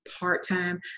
part-time